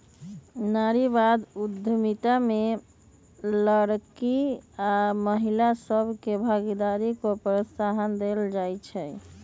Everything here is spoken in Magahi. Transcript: नारीवाद उद्यमिता में लइरकि आऽ महिला सभके भागीदारी को प्रोत्साहन देल जाइ छइ